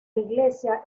iglesia